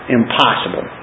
impossible